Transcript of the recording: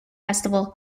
festival